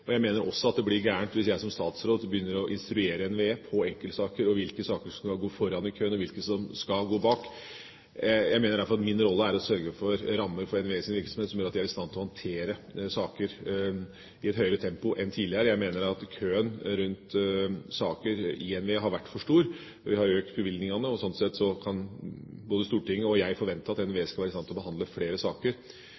hvilke saker som skal gå foran i køen, og hvilke som skal gå bak. Jeg mener derfor at min rolle er å sørge for rammer for NVEs virksomhet som gjør at de er i stand til å håndtere saker i et høyere tempo enn tidligere. Jeg mener at køen rundt saker i NVE har vært for stor. Vi har økt bevilgningene, og sånn sett kan både Stortinget og jeg forvente at